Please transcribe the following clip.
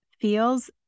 feels